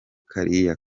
kariya